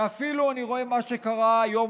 ואפילו אני רואה מה שקרה היום,